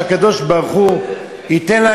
שהקדוש-ברוך-הוא ייתן,